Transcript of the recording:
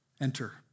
enter